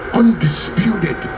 undisputed